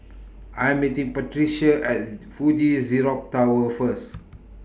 I Am meeting Patricia At Fuji Xerox Tower First